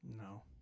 No